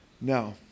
Now